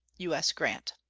u s. grant.